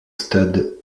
stade